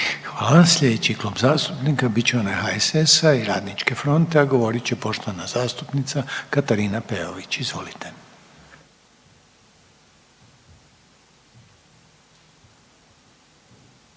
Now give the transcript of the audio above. Hvala. Sljedeći klub zastupnika bit će onaj HSS-a i Radničke fronte, a govorit će poštovana zastupnica Katarina Peović. Izvolite.